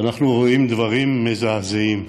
ואנחנו רואים דברים מזעזעים.